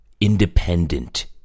independent